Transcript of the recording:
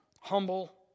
humble